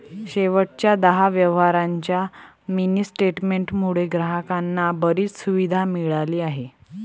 शेवटच्या दहा व्यवहारांच्या मिनी स्टेटमेंट मुळे ग्राहकांना बरीच सुविधा मिळाली आहे